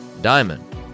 Diamond